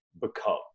become